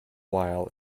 while